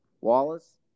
Wallace